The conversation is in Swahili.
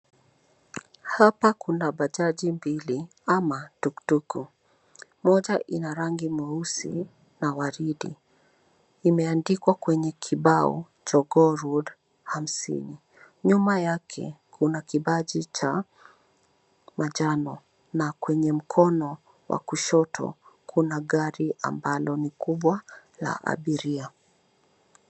Hapa kuna Bajaj mbili ama tuktuk. Moja ina rangi meusi na waridi. Imeandikwa kwenye kibao Jogoo Road hamsini. Nyuma yake kuna kipaji cha njano na kwenye mkono wa kushoto kuna gari ambalo ni kubwa la abiria.